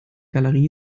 galerie